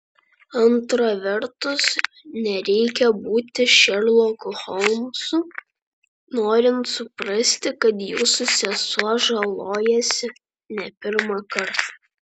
antra vertus nereikia būti šerloku holmsu norint suprasti kad jūsų sesuo žalojasi ne pirmą kartą